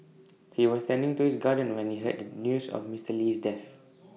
he was tending to his garden when he heard the news of Mister Lee's death